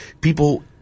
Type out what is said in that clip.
people